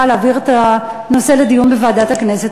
להעביר את הנושא לדיון בוועדת הכנסת.